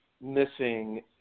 missing